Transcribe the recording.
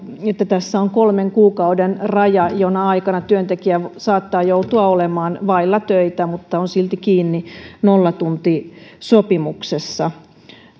että tässä on kolmen kuukauden raja jona aikana työntekijä saattaa joutua olemaan vailla töitä mutta on silti kiinni nollatuntisopimuksessa